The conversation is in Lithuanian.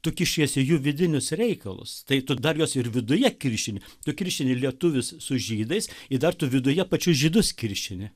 tu kišiesi į jų vidinius reikalus tai tu dar juos ir viduje kiršini tu kiršini lietuvius su žydais ir dar tu viduje pačius žydus kiršini